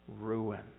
ruin